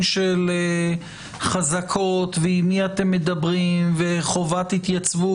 של חזקות ועם מי אתם מדברים וחובת התייצבות,